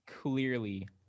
clearly